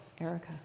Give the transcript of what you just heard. Erica